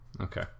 okay